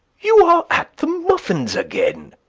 you are at the muffins again!